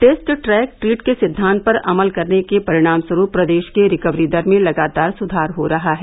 test track treat के सिद्धांत पर अमल करने के परिणाम स्वरूप प्रदेश के रिकवरी दर में लगातार सुधार हो रहा है